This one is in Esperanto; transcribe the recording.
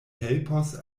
helpos